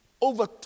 Over